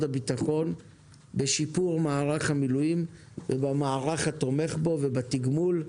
הבטחון בשיפור מערך המילואים ובמערך התומך בו ובתגמול.